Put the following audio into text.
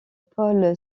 paul